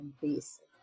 basic